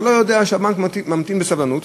אתה לא יודע שהבנק ממתין בסבלנות,